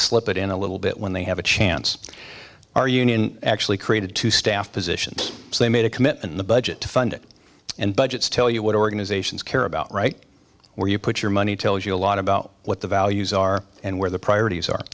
slip in a little bit when they have a chance our union actually created to staff positions so they made a commitment in the budget to fund it and budgets tell you what organizations care about right where you put your money tells you a lot about what the values are and where the priorities are